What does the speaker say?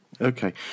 okay